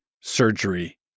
surgery